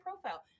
profile